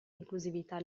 inclusività